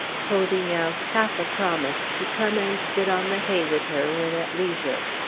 holding out half a promise to come and sit on the hay with her, when at leisure.